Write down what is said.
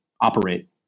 operate